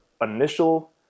initial